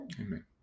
Amen